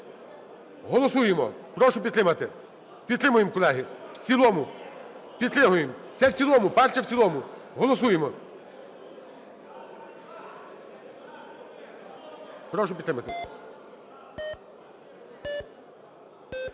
Голосуємо. Прошу підтримати. Підтримуємо, колеги, в цілому. Підтримуємо! Це в цілому. Перше в цілому. Голосуємо. Прошу підтримати.